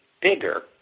bigger